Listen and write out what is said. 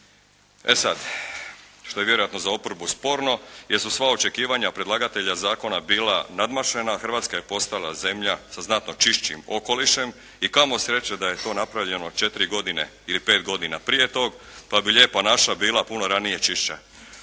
E sad, što je vjerojatno za oporbu sporno, jesu sva očekivanja predlagatelja zakona bila nadmašena. Hrvatska je postala zemlja sa znatno čišćim okolišem i kamo sreće da je to napravljeno četiri godine ili pet godina prije tog, pa bi Lijepa naša bila puno ranije čišća.